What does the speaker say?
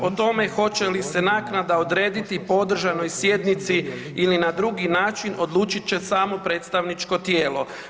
O tome hoće li se naknada odrediti po održanoj sjednici ili na drugi način odlučit će samo predstavničko tijelo.